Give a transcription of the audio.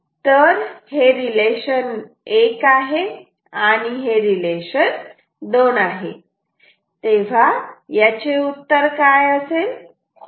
तर हे हे रिलेशन 1 आहे आणि हे रिलेशन 2 आहे तेव्हा याचे उत्तर काय असेल